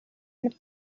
mit